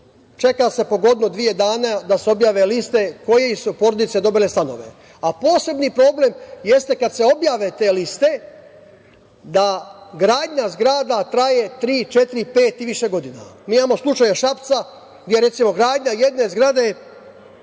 čeka se godinu, dve dana da se objave liste koje su porodice dobile stanove, a posebni problem jeste kad se objave te liste da gradnja zgrada traje tri, četiri, pet i više godina. Mi imamo slučaj Šapca, gde recimo, gradnja jedne zgrade